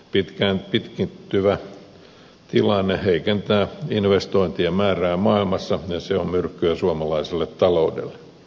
pitkään pitkittyvä tilanne heikentää investointien määrää maailmassa ja se on myrkkyä suomalaiselle taloudelle